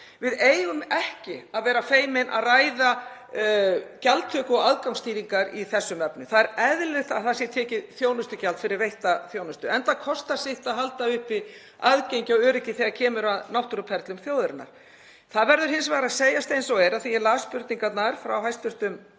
Við eigum ekki að vera feimin að ræða gjaldtöku og aðgangsstýringar í þessum efnum. Það er eðlilegt að það sé tekið þjónustugjald fyrir veitta þjónustu enda kostar sitt að halda uppi aðgengi og öryggi þegar kemur að náttúruperlum þjóðarinnar. Það verður hins vegar að segjast eins og er að þegar ég las spurningarnar frá hv.